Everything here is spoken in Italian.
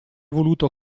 voluto